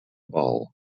ball